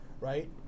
right